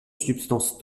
substances